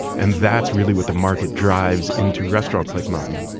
and that's really what the market drives into restaurants like mine.